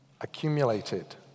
accumulated